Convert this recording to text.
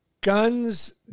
Guns